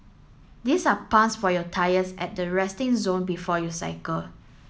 these are pumps for your tyres at the resting zone before you cycle